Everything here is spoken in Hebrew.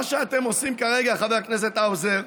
מה שאתם עושים כרגע, חבר הכנסת האוזר,